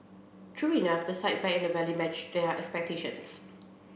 true enough the sight back in the valley matched their expectations